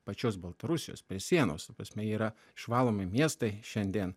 pačios baltarusijos prie sienos ta prasme yra išvalomi miestai šiandien